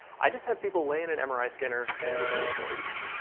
i just have people lay in an mri scanner and listen to stories.